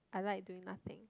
I like doing nothing